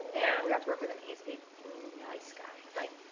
we got to work with him. he's a nice guy. like,